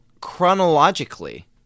chronologically